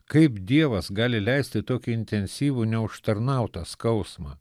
kaip dievas gali leisti tokį intensyvų neužtarnautą skausmą